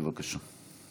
בבקשה.